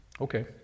Okay